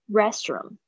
restroom